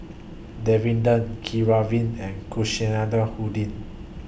Davinder Keeravani and Kasinadhuni